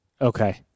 Okay